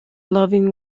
loving